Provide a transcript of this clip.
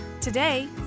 Today